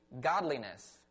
godliness